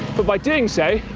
but by doing so,